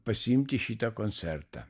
pasiimti šitą koncertą